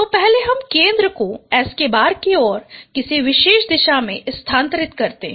तो पहले हम केंद्र को S̅ की ओर किसी विशेष दिशा में स्थानांतरित करते हैं